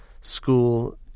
school